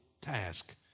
task